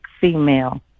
female